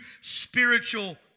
spiritual